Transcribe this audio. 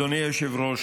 אדוני היושב-ראש,